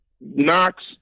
Knox